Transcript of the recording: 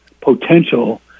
potential